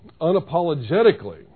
unapologetically